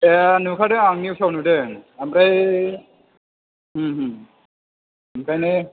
ए नुखादों आं निउसआव नुदों ओमफ्राय ओंखायनो